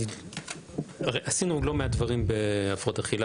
אומר שעשינו לא מעט דברים בהפרעות אכילה